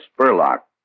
Spurlock